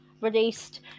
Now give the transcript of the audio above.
released